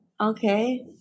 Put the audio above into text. Okay